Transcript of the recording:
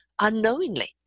unknowingly